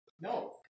No